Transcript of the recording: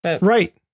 Right